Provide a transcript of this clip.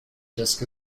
disc